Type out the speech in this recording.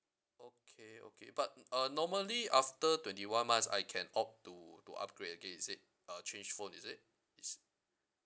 okay okay but uh normally after twenty one months I can opt to to upgrade again is it uh change phone is it is